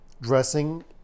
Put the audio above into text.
Dressing